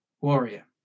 warrior